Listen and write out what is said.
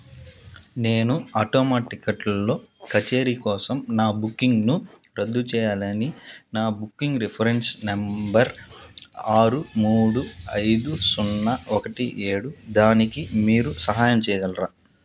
నేను ఆటోమ టిక్కెట్లలో కచేరీ కోసం నా బుకింగ్ను రద్దు చేయాలని నా బుకింగ్ రిఫరెన్స్ నెంబర్ ఆరు మూడు ఐదు సున్నా ఒకటి ఏడు దానికి మీరు సహాయం చేయగలరా